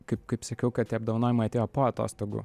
kaip kaip sakiau kad tie apdovanojimai atėjo po atostogų